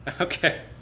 Okay